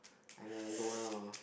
I'm a loner